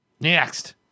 Next